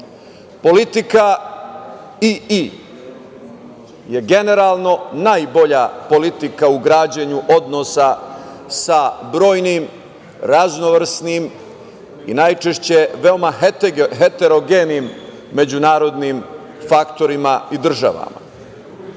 Politika „II“ je generalno najbolja politika u građenju odnosa sa brojnim, raznovrsnim i najčešće veoma heterogenim međunarodnim faktorima i državama. Istina,